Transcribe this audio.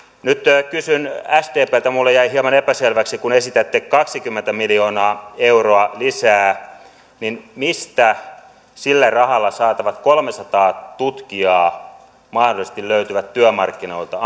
nyt kysyn sdpltä kun minulle jäi hieman epäselväksi kun esitätte kahtakymmentä miljoonaa euroa lisää mistä sillä rahalla saatavat kolmesataa tutkijaa ammattitaitoista tutkijaa mahdollisesti löytyvät työmarkkinoilta